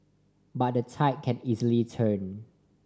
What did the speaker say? but the tide can easily turn